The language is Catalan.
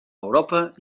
europa